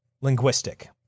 linguistic